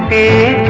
a